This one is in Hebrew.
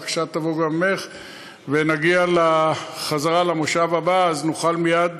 הבקשה תבוא גם ממך ונגיע בחזרה למושב הבא ואז נוכל מייד